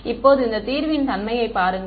இப்போது இந்த தீர்வின் தன்மையைப் பாருங்கள்